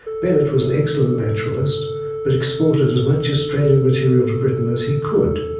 bennett was an excellent naturalist but exported as much australian material to britain as he could,